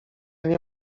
nie